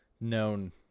known